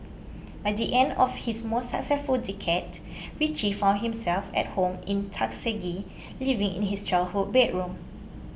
by the end of his most successful decade Richie found himself at home in Tuskegee living in his childhood bedroom